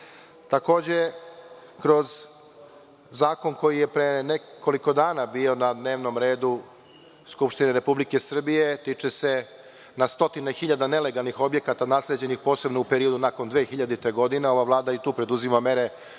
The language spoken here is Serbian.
Takođe, kroz zakon koji je pre nekoliko dana bio na dnevnom redu Skupštine Republike Srbije, tiče se na stotine nelegalnih objekata nasleđenih, posebno u periodu nakon 2000. godine. Ova vlada i tu preduzima mere